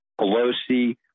Pelosi